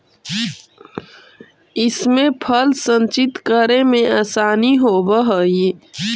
इमे फल संचित करे में आसानी होवऽ हई